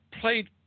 played